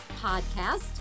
Podcast